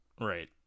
Right